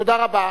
תודה רבה.